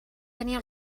tenia